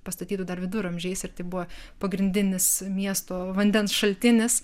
pastatytų dar viduramžiais ir tai buvo pagrindinis miesto vandens šaltinis